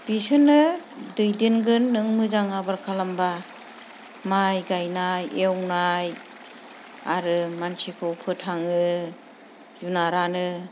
बिसोरनो दैदेनगोन नों मोजां आबाद खालामोब्ला माय गायनाय एवनाय आरो मानसिखौ फोथाङो जुनारानो